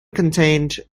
contained